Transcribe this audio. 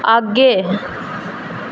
आह्गे